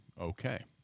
Okay